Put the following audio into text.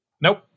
nope